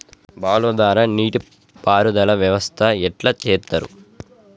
బావుల ద్వారా నీటి పారుదల వ్యవస్థ ఎట్లా చేత్తరు?